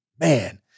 man